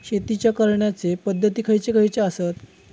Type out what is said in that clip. शेतीच्या करण्याचे पध्दती खैचे खैचे आसत?